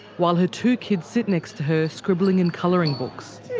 while her two kids sit next to her scribbling in colouring books.